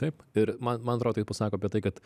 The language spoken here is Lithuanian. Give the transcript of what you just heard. taip ir man man atrodo tai pasako apie tai kad